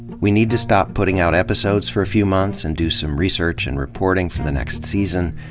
we need to stop putting out episodes for a few months and do some research and reporting for the next season.